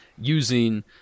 using